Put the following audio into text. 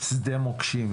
שדה מוקשים,